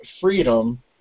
freedom